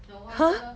no wonder